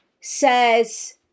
says